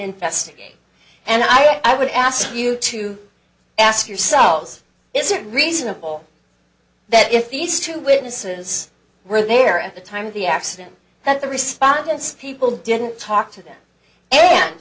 investigate and i would ask you to ask yourselves is it reasonable that if these two witnesses were there at the time of the accident that the respondents people didn't talk to them and